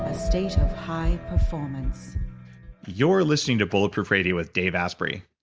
a state of high performance you're listening to bulletproof radio with dave asprey.